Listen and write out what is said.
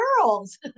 girls